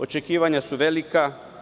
Očekivanja su velika.